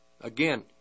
again